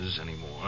anymore